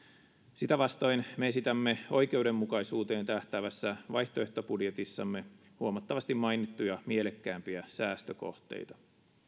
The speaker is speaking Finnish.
sitä vastoin me esitämme oikeudenmukaisuuteen tähtäävässä vaihtoehtobudjetissamme huomattavasti mainittuja mielekkäämpiä säästökohteita